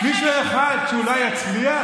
מישהו אחד שאולי יצליח?